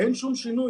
אין שום שינוי.